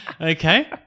Okay